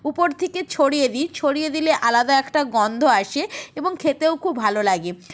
উপর থেকে ছড়িয়ে দিই ছড়িয়ে দিলে আলাদা একটা গন্ধ আসে এবং খেতেও খুব ভালো লাগে